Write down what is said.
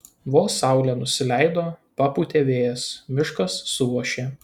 vos saulė nusileido papūtė vėjas miškas suošė